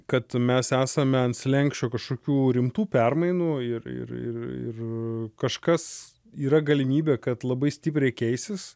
kad mes esame ant slenksčio kažkokių rimtų permainų ir ir ir ir kažkas yra galimybė kad labai stipriai keisis